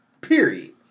Period